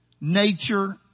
nature